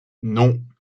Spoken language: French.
non